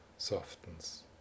softens